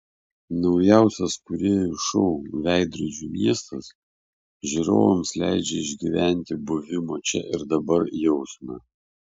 naujausias kūrėjų šou veidrodžių miestas žiūrovams leidžia išgyventi buvimo čia ir dabar jausmą